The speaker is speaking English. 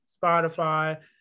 Spotify